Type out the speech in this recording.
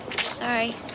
Sorry